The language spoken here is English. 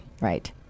right